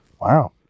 Wow